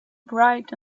bright